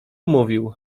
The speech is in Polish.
mówił